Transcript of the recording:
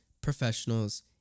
professionals